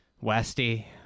Westy